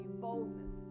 boldness